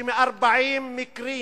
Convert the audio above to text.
שמ-40 מקרים